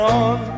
on